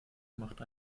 macht